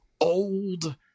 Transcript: old